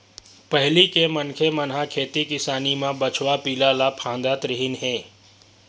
पहिली के मनखे मन ह खेती किसानी म बछवा पिला ल फाँदत रिहिन हे